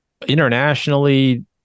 internationally